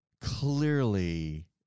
clearly